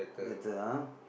later ah